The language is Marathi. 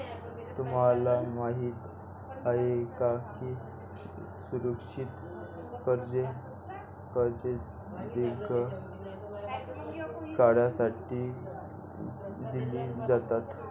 तुम्हाला माहित आहे का की सुरक्षित कर्जे दीर्घ काळासाठी दिली जातात?